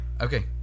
Okay